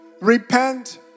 Repent